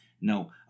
no